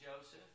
Joseph